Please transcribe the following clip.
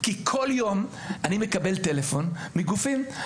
כי כל יום אני מקבל טלפון מגופים,